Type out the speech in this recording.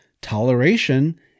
toleration